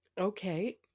Okay